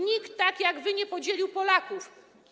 Nikt tak jak wy nie podzielił Polaków.